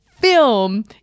film